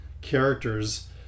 characters